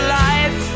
life